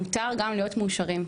מותר גם להיות מאושרים.